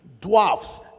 dwarfs